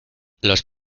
los